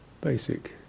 basic